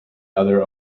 other